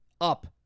up